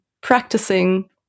practicing